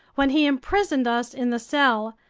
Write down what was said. when he imprisoned us in the cell,